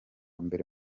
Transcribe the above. mbere